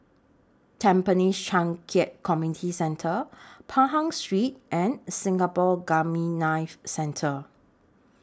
Tampines Changkat Community Centre Pahang Street and Singapore Gamma Knife Centre